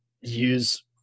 use